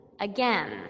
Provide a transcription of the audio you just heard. again